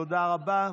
תודה רבה.